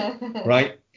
right